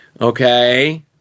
Okay